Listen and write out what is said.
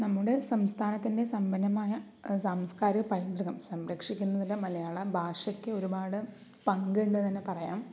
നമ്മുടെ സംസ്ഥാനത്തിൻ്റെ സമ്പന്നമായ സാംസ്കാരിക പൈതൃകം സംരക്ഷിക്കുന്നതിൽ മലയാള ഭാഷയ്ക്ക് ഒരുപാട് പങ്കുണ്ടെന്ന് തന്നെ പറയാം